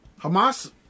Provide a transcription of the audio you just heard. Hamas